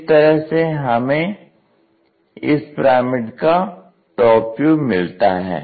इस तरह से हमें इस पिरामिड का टॉप व्यू मिलता है